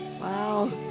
Wow